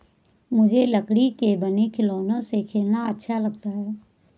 मुझे लकड़ी के बने खिलौनों से खेलना अच्छा लगता है